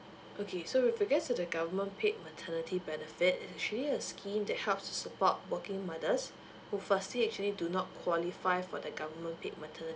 okay so with regards to the the government paid maternity benefit is actually a scheme that helps to support working mothers who firstly actually do not qualify for that government paid maternity